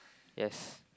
yes